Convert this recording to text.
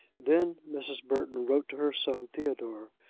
then mrs. burton wrote to her son theodore,